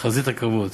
בחזית הקרבות,